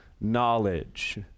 knowledge